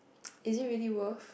is it really worth